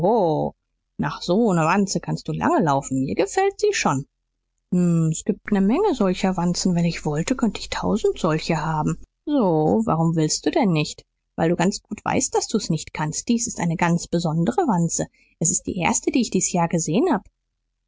nach so ner wanze kannst du lange laufen mir gefällt sie schon s gibt ne menge solcher wanzen wenn ich wollte könnt ich tausend solche haben so warum willst du denn nicht weil du ganz gut weißt daß du's nicht kannst dies ist eine ganz besondere wanze es ist die erste die ich dies jahr gesehen hab